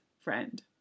friend